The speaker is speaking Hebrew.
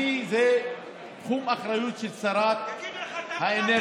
זה תחום האחריות של שרת האנרגיה.